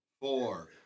four